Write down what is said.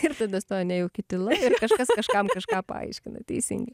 ir tada stoja nejauki tyla ir kažkas kažkam kažką paaiškina teisingai